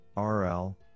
RL